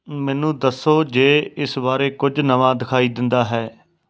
ਮੈਨੂੰ ਦੱਸੋ ਜੇ ਇਸ ਬਾਰੇ ਕੁਝ ਨਵਾਂ ਦਿਖਾਈ ਦਿੰਦਾ ਹੈ